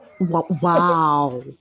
Wow